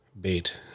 bait